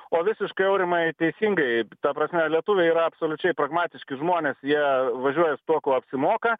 o visiškai aurimai teisingai ta prasme lietuviai yra absoliučiai pragmatiški žmonės jie važiuoja su tuo kuo apsimoka